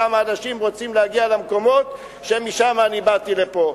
כמה אנשים רוצים להגיע למקומות שמהם באתי לפה.